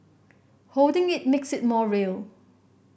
holding it makes it more real